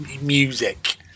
music